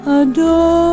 adore